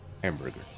Hamburger